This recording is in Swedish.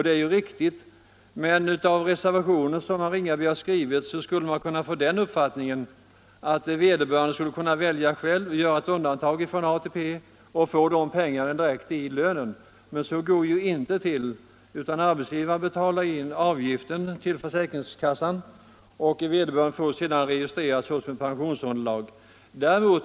Det är riktigt, men av den reservation som herr Ringaby har skrivit kan man få den uppfattningen att vederbörande skulle kunna välja själv, göra ett undantag från ATP och få de pengarna direkt i lönen. Så går det inte att göra. Arbetsgivaren betalar in avgiften till försäkringskassan, och vederbörande tjänsteman får sedan sitt pensionsunderlag.